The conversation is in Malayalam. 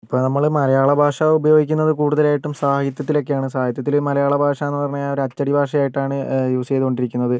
ഇപ്പോൾ നമ്മള് മലയാള ഭാഷ ഉപയോഗിക്കുന്നത് കുടുതലായിട്ടും സാഹിത്യത്തിലൊക്കെയാണ് സാഹിത്യത്തില് മലയാള ഭാഷ എന്ന് പറഞ്ഞാല് ഒരു അച്ചടി ഭാഷയായിട്ടാണ് യൂസ് ചെയ്തുകൊണ്ടിരിക്കുന്നത്